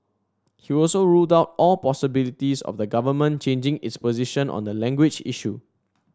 he also ruled out all possibilities of the government changing its position on the language issue